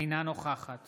אינה נוכחת